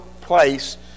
place